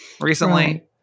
recently